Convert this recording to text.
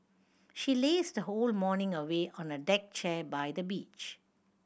she lazed her whole morning away on a deck chair by the beach